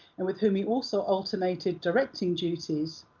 and with whom he also alternated directing duties.